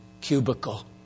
cubicle